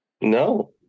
no